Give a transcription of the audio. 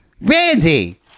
Randy